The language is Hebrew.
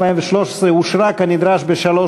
התשע"ד 2013, נתקבל.